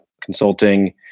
consulting